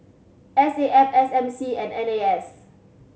S A F S M C and N A S